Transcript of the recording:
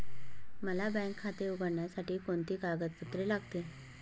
मला बँक खाते उघडण्यासाठी कोणती कागदपत्रे लागतील?